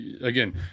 again